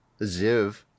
Ziv